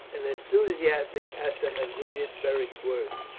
an enthusiastic assent greeted beric's words.